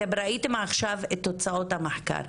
אתם ראיתם עכשיו את תוצאות המחקר,